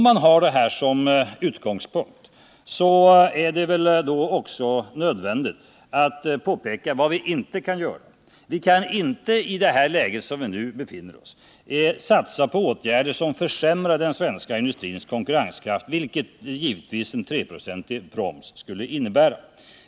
Med allt detta som utgångspunkt är det också nödvändigt att påpeka vad vi inte kan göra. I det läge vi nu befinner oss i kan vi inte satsa på åtgärder som försämrar den svenska industrins konkurrenskraft, vilket givetvis en 3 procentig proms skulle innebära.